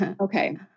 Okay